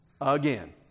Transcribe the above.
again